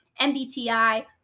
MBTI